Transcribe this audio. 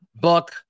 book